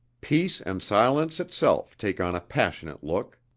peace and silence itself take on a passionate look.